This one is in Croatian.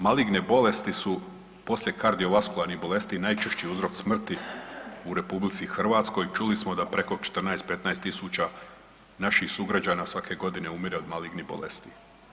Maligne bolesti su poslije kardiovaskularnih bolesti najčešći uzrok smrti u RH, čuli smo da preko 14-15.000 naših sugrađana svake godine umire od malignih bolesti.